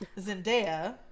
Zendaya